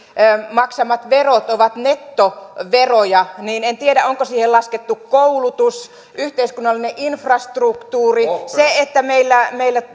maksamat verot ovat nettoveroja niin en en tiedä onko siihen laskettu koulutus yhteiskunnallinen infrastruktuuri se että meillä